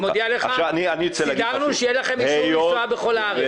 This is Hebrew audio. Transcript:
אני מודיע לך: סידרנו שיהיה לכם אישור לנסוע בכל הארץ